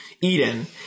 Eden